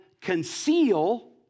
conceal